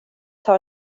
tar